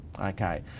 Okay